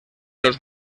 los